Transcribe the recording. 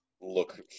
look